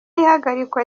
y’ihagarikwa